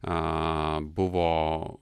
a buvo